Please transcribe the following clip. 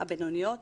הבינוניות.